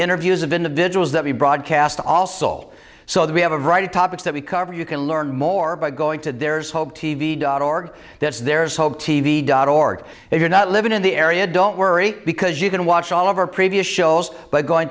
interviews of individuals that we broadcast also all so that we have a right to topics that we cover you can learn more by going to there's hope t v dot org that's there is hope t v dot org if you're not living in the area don't worry because you can watch all of our previous shows by going